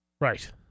right